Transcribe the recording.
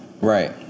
Right